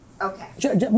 Okay